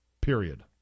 period